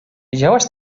widziałaś